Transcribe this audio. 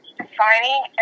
defining